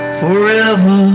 forever